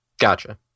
Gotcha